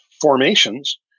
formations